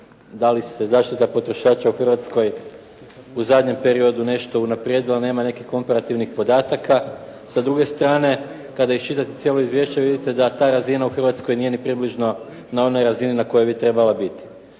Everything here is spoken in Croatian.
da li se zaštita potrošača u Hrvatskoj u zadnjem periodu unaprijedila, nema nekih komparativnih podataka. Sa druge strane kada iščitate cijela izvješće vidite da ta razina u Hrvatskoj nije ni približno na onoj razini na kojoj bi trebala biti.